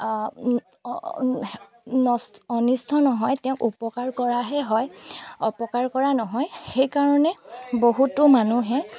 অনিষ্ট নহয় তেওঁক উপকাৰ কৰাহে হয় অপকাৰ কৰা নহয় সেইকাৰণে বহুতো মানুহে